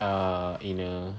ah in a